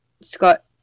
Scott